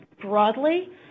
broadly